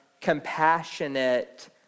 compassionate